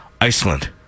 Iceland